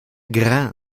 grain